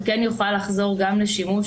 הוא כן יוכל לחזור גם לשימוש